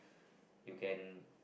you can